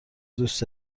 دوست